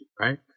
right